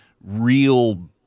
real